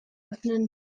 öffnen